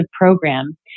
program